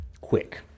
quick